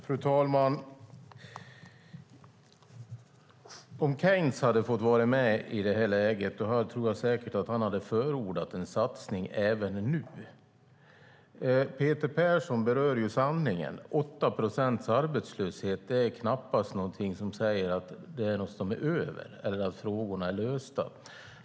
Fru talman! Om Keynes hade fått vara med i detta läge tror jag att han hade förordat en satsning även nu. Peter Persson berör sanningen. En arbetslöshet på 8 procent betyder inte att något är över eller att frågorna är lösta.